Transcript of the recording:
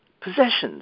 Possessions